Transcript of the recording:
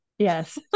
Yes